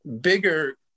bigger